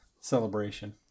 celebration